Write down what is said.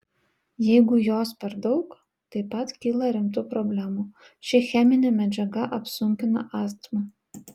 jeigu jos per daug taip pat kyla rimtų problemų ši cheminė medžiaga apsunkina astmą